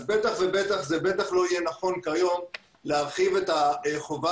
אז בטח ובטח זה לא יהיה נכון כיום להרחיב את החובה